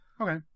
okay